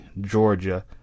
Georgia